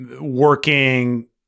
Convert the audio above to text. working